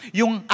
yung